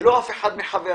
וכך גם אף אחד מחבריי,